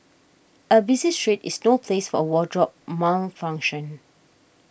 a busy street is no place for a wardrobe malfunction